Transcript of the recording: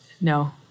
No